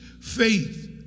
faith